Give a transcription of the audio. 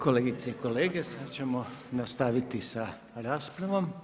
Kolegice i kolege, sada ćemo nastaviti sa raspravom.